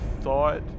thought